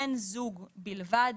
בן זוג בלבד.